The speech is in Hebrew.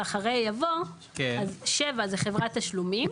ואחריה יבוא: ..." אז (7) זה "חברת תשלומים".